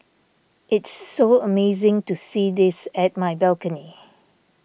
it's so amazing to see this at my balcony